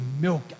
milk